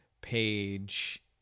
page